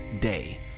Day